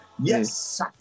Yes